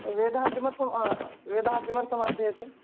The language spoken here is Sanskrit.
वेदः किमर्थं वेदः किमर्थमध्येते